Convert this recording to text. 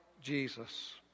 Jesus